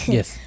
Yes